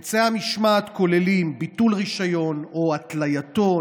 אמצעי המשמעת כוללים ביטול רישיון או התלייתו,